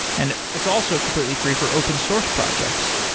and it's also completely free for open source projects.